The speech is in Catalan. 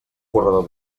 corredor